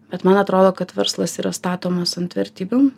bet man atrodo kad verslas yra statomas ant vertybių